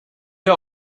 jag